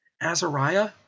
Azariah